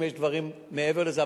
אם יש דברים מעבר לזה.